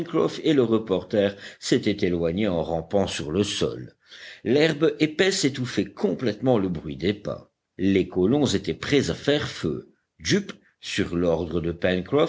et le reporter s'étaient éloignés en rampant sur le sol l'herbe épaisse étouffait complètement le bruit des pas les colons étaient prêts à faire feu jup sur l'ordre de